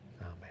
Amen